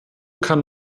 kann